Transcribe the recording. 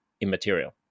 immaterial